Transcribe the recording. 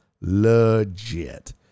Legit